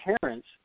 parents